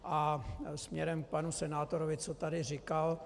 A směrem k panu senátorovi, co tady říkal.